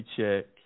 check